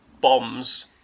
bombs